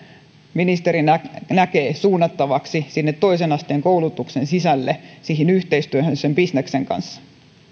ministeri näkee suunnattavan sinne toisen asteen koulutuksen sisälle siihen yhteistyöhön sen bisneksen kanssa